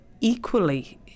equally